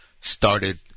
started